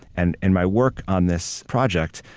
and in my work on this project,